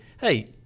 hey